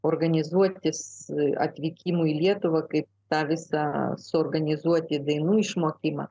organizuotis atvykimui į lietuvą kaip tą visą suorganizuoti dainų išmokimą